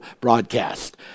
broadcast